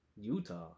Utah